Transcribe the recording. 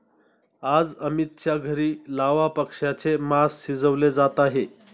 आज अमितच्या घरी लावा पक्ष्याचे मास शिजवले जात आहे